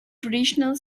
traditional